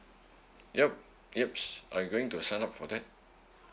yup yups I'm going to sign up for that